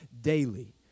daily